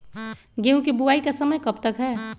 गेंहू की बुवाई का समय कब तक है?